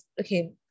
okay